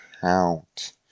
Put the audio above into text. count